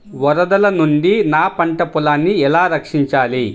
వరదల నుండి నా పంట పొలాలని ఎలా రక్షించాలి?